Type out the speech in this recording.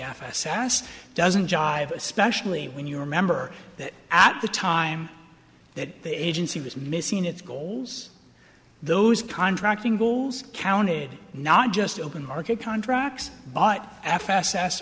sas doesn't jive especially when you remember that at the time that the agency was missing its goals those contracting goals counted not just open market contracts b